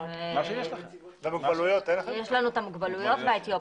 המוגבלויות והאתיופים.